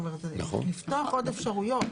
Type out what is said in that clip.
לפתוח עוד אפשרויות.